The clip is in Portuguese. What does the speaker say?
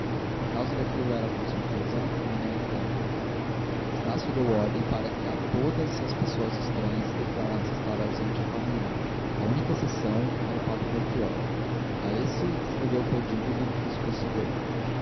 a causa daquilo era com certeza nhanhã helena estácio deu ordem para que a todas as pessoas estranhas se declarasse estar ausente a família a única exceção era o padre melchior a esse escreveu pedindo-lhe que os fosse ver